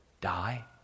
die